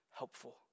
helpful